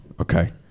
okay